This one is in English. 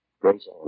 Grace